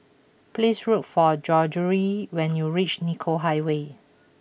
please look for Gregorio when you reach Nicoll Highway